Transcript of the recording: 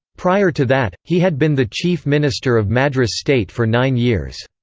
prior to that, he had been the chief minister of madras state for nine years.